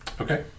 Okay